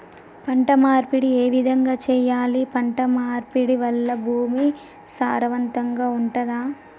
పంట మార్పిడి ఏ విధంగా చెయ్యాలి? పంట మార్పిడి వల్ల భూమి సారవంతంగా ఉంటదా?